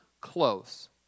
close